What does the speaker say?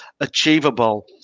achievable